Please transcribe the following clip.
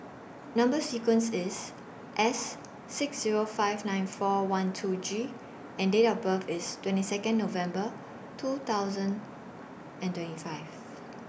Number sequence IS S six Zero five nine four one two G and Date of birth IS twenty Second November two thousand and twenty five